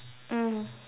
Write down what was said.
mm